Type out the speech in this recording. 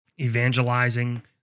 evangelizing